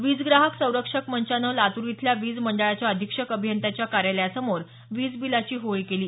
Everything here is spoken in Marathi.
वीज ग्राहक संरक्षक मंचानं लातूर इथल्या वीज मंडळाच्या अधिक्षक अभियंत्याच्या कार्यालया समोर वीज बिलाची होळी केली